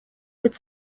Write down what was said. with